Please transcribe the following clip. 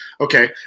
okay